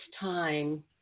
time